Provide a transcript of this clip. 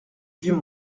vieux